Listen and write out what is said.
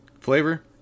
flavor